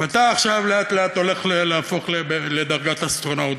ואתה עכשיו לאט-לאט הולך להפוך לדרגת אסטרונאוט,